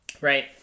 Right